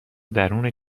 درون